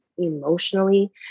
emotionally